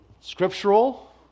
scriptural